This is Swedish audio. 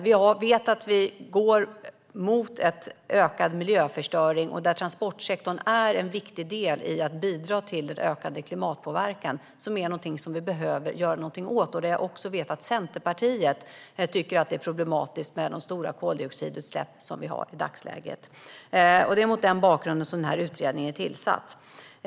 Vi vet att vi går mot ökad miljöförstöring. Transportsektorn är en viktig del när det gäller att bidra till den ökade klimatpåverkan som vi behöver göra någonting åt. Jag vet att också Centerpartiet tycker att de stora koldioxidutsläpp vi har i dagsläget är problematiska. Det är mot den bakgrunden utredningen är tillsatt.